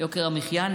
יוקר המחיה,